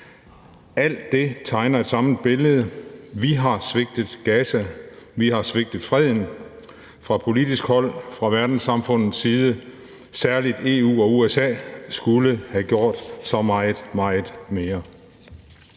Alt det tegner et samlet billede: Vi har svigtet Gaza, vi har svigtet freden fra politisk hold, fra verdenssamfundets side. Særligt EU og USA skulle have gjort så meget, meget mere.